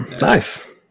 Nice